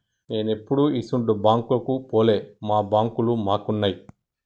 నేనెప్పుడూ ఇసుంటి బాంకుకు పోలే, మా బాంకులు మాకున్నయ్